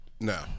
No